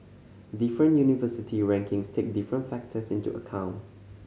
different university rankings take different factors into account